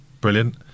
Brilliant